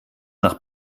nach